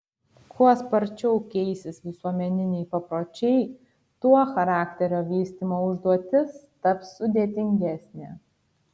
kuo sparčiau keisis visuomeniniai papročiai tuo charakterio vystymo užduotis taps sudėtingesnė